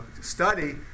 study